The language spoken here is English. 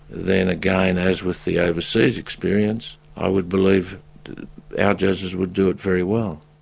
then again as with the overseas experience, i would believe our judges would do it very well.